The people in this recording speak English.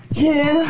two